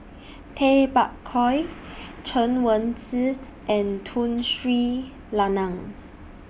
Tay Bak Koi Chen Wen Hsi and Tun Sri Lanang